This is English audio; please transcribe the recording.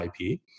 IP